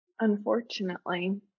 Unfortunately